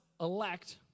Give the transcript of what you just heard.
elect